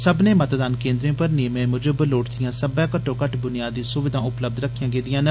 सब्बने मतदान केन्द्रें पर नियमें मुजब लोड़चदियां सब्बै घट्टो घट्ट बुनियादी सुविधां उपलब्ध रक्खियां गेदियां न